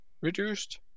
reduced